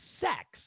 sex